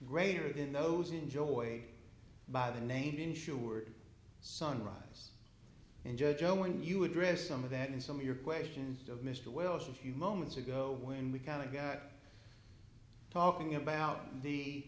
greater than those enjoyed by the named insured sunrise and judge joe when you address some of that in some of your questions of mr welch and few moments ago when we counted talking about the